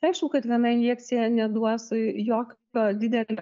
aišku kad viena injekcija neduos jokio didelio